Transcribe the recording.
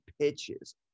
pitches